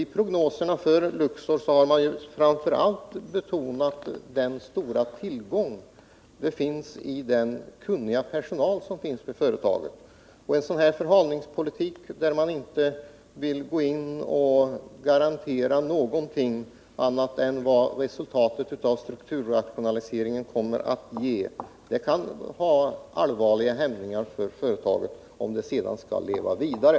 I prognoserna för Luxor har man ju särskilt betonat den tillgång man har i den kunniga personalen vid företaget. En sådan här förhalningspolitik och det förhållandet att man inte vill garantera någonting annat än det som blir resultatet av strukturrationaliseringen kan skapa svårigheter för företaget att leva vidare.